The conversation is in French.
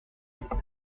pertuis